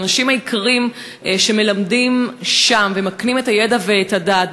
האנשים היקרים שמלמדים שם ומקנים את הידע ואת הדעת,